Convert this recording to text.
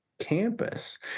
campus